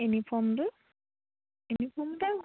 ইউনিফৰ্মটো uniform এটা